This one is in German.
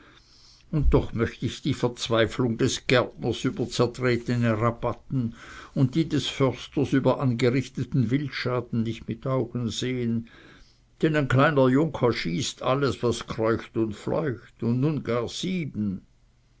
und doch möcht ich die verzweiflung des gärtners über zertretene rabatten und die des försters über angerichteten wildschaden nicht mit augen sehn denn ein kleiner junker schießt alles was kreucht und fleucht und nun gar sieben